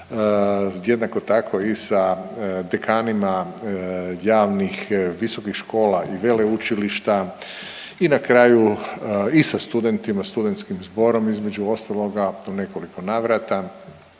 jednako tako i sa dekanima javnih visokih škola i veleučilišta i na kraju i sa studentima, studentskim zborom između ostaloga u nekoliko navrata,